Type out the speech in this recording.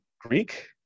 Greek